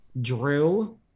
drew